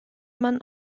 man